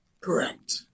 Correct